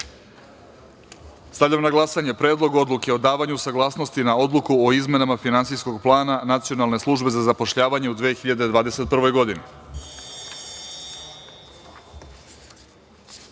odluke. Stavljam na glasanje Predlog odluke o davanju saglasnosti na Odluku o izmenama Finansijskog plana Nacionalne službe za zapošljavanje u 2021.